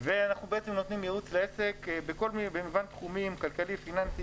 אנחנו נותנים ייעוץ לעסק במגוון תחומים: כלכלי-פיננסי,